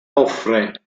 offre